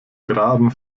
graben